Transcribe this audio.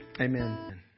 Amen